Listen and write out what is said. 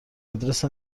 آدرس